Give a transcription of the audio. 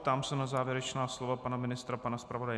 Ptám se na závěrečná slova pana ministra a pana zpravodaje.